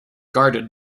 guarded